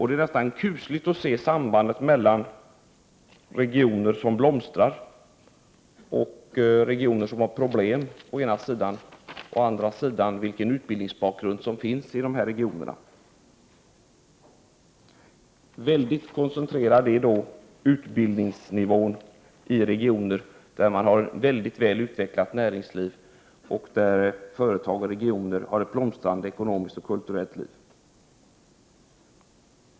Det är nästan kusligt att se sambandet mellan å ena sidan regioner som blomstrar och regioner som har problem och å andra sidan vilken utbildningsbakgrund som finns i regionerna. Väldigt koncentrerad är då utbildningsnivån i regioner där man har ett väl utvecklat näringsliv och ett blomstrande ekonomiskt och kulturellt liv.